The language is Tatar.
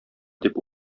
дип